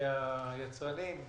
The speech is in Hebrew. היצרנים,